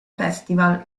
festival